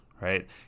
right